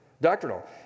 Doctrinal